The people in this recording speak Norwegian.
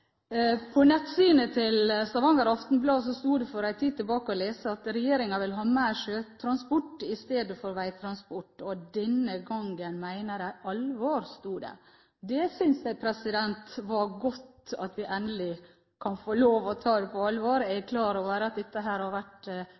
På nettsidene til Stavanger Aftenblad sto det for en tid siden at regjeringen vil ha mer sjøtransport istedenfor veitransport, og denne gangen mener de alvor, sto det. Jeg syns det er godt at vi endelig kan få lov til å ta det på alvor. Jeg er klar over at dette har vært